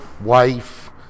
wife